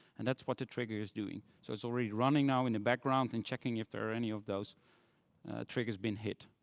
and that's what the trigger is doing. so it's already running now in the background and checking if there are any of those triggers being hit.